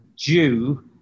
due